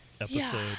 episode